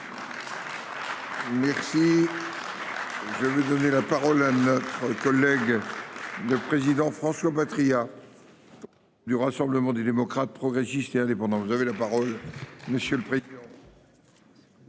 votes. Je vais donner la parole à notre collègue de précis. Jean François Patriat. Du Rassemblement des démocrates, progressistes et indépendants. Vous avez la parole. Monsieur le prix.